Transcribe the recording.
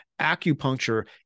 acupuncture